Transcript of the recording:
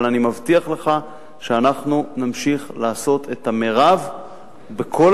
אבל אני מבטיח לך שאנחנו נמשיך לעשות את המרב בכל